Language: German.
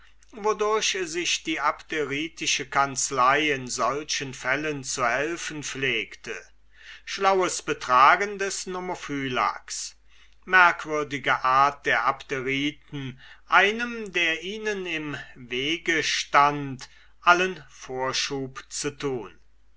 wodurch sich die abderitische kanzlei in solchen fällen zu helfen pflegte schlaues betragen des nomophylax merkwürdige art der abderiten einem der ihnen im wege stund allen vorschub zu tun